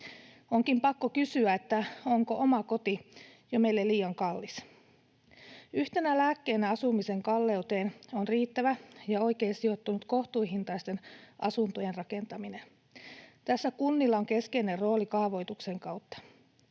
Onkin pakko kysyä, onko oma koti meille jo liian kallis. Yhtenä lääkkeenä asumisen kalleuteen on riittävä ja oikein sijoittunut kohtuuhintaisten asuntojen rakentaminen. Tässä kunnilla on keskeinen rooli kaavoituksen kautta.